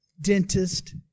dentist